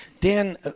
Dan